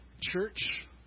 Church